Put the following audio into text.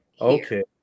Okay